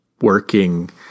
working